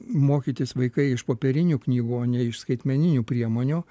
mokytis vaikai iš popierinių knygų o ne iš skaitmeninių priemonių